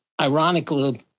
ironically